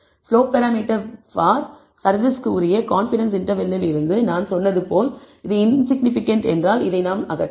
slope parameter for சர்வீஸ்க்கு உரிய confidence இன்டர்வெல்லில் இருந்து நான் சொல்வது போல் இது இன்சிக்னிபிகன்ட் என்றால் இதை நாம் அகற்றலாம்